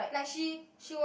like she she wa~